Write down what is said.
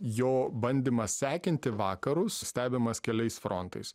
jo bandymas sekinti vakarus stebimas keliais frontais